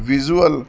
visual